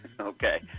Okay